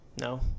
no